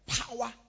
power